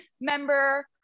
member